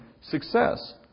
success